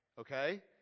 okay